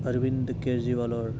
অৰবিন্দ কেজৰিৱালৰ